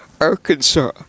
Arkansas